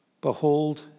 Behold